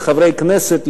לחברי כנסת,